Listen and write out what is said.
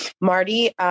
Marty